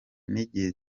n’igihe